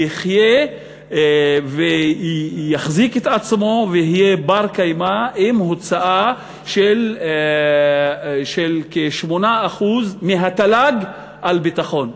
יחיה ויחזיק את עצמו ויהיה בר-קיימא עם הוצאה של כ-8% מהתל"ג על ביטחון.